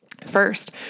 First